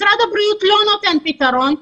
משרד הבריאות לא נותן פתרון,